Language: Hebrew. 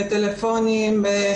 בטלפונים,